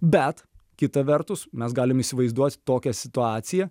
bet kita vertus mes galim įsivaizduot tokią situaciją